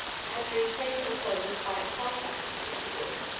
had maintained a tone of quiet sarcasm to mr. yorke.